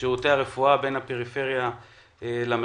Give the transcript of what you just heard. שירותי הרפואה בין הפריפריה למרכז.